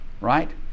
Right